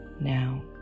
now